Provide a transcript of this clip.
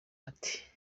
ati